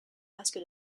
masque